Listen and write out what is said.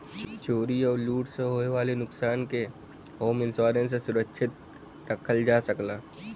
चोरी आउर लूट से होये वाले नुकसान के होम इंश्योरेंस से सुरक्षित रखल जा सकला